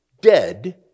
dead